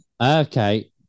Okay